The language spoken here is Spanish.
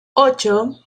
ocho